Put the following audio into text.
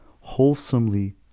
wholesomely